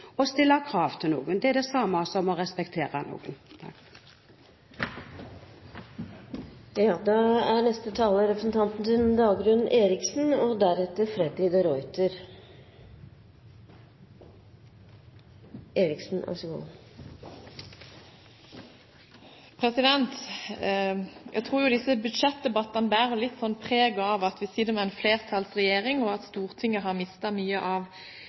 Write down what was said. å stille krav. Det er det samme som å respektere noen. Jeg tror disse budsjettdebattene bærer litt preg av at vi sitter med en flertallsregjering og at Stortinget har mistet mye av